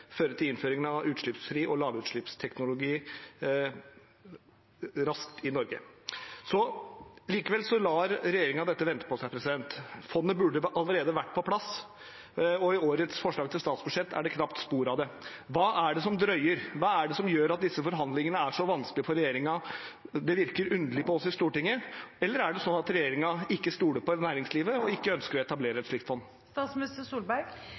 til innføring av utslippsfri teknologi og lavutslippsteknologi raskt i Norge. Likevel lar dette vente på seg. Fondet burde allerede vært på plass, og i årets forslag til statsbudsjett er det knapt spor av det. Hva er det som gjør at det drøyer? Hva er det som gjør at disse forhandlingene er så vanskelige for regjeringen? Det virker underlig på oss i Stortinget. Er det slik at regjeringen ikke stoler på næringslivet og ikke ønsker å etablere